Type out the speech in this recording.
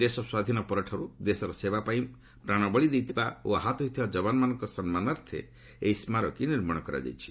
ଦେଶ ସ୍ୱାଧୀନ ପରଠାରୁ ଦେଶର ସେବା ପାଇଁ ପ୍ରାଣବଳି ଦେଇଥିବା ଓ ଆହତ ହୋଇଥିବା ଯବାନମାନଙ୍କ ସମ୍ମାନାର୍ଥେ ଏହି ସ୍କାରକୀ ନିର୍ମାଣ କରାଯାଇଛି